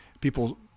people